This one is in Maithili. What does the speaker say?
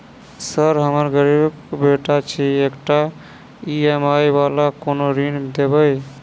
सर हम गरीबक बेटा छी एकटा ई.एम.आई वला कोनो ऋण देबै?